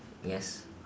yes